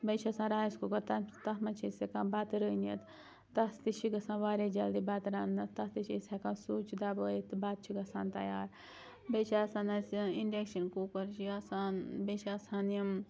بیٚیہِ چھِ آسان رایِس کُکَر تَمہِ تَتھ مَنٛز چھِ أسۍ ہیٚکان بَتہٕ رٔنِتھ تَتھ تہِ چھِ گَژھان واریاہ جلدی بَتہٕ رَننہٕ تَتھ تہِ چھِ أسۍ ہٮ۪کان سُچ دَبٲوِتھ تہٕ بَتہٕ چھُ گَژھان تیار بیٚیہِ چھِ آسان اَسہِ اِنڈَٮ۪کشَن کُکَر چھِ آسان بیٚیہِ چھِ آسان یِم